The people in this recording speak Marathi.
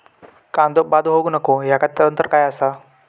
कांदो बाद होऊक नको ह्याका तंत्र काय असा?